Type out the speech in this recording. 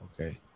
Okay